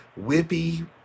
whippy